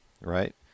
right